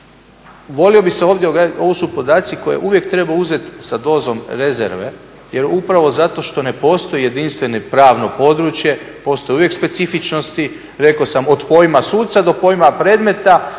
volio bih se ovdje ograditi. Ovo su podaci koje uvijek treba uzeti sa dozom rezerve jer upravo zato što ne postoji jedinstveno pravno područje, postoje uvijek specifičnosti. Rekao sam od pojma suca do pojma predmeta